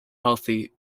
healthy